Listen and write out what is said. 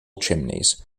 chimneys